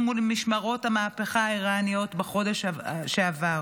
משמרות המהפכה האיראניות בחודש שעבר.